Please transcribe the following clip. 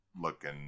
looking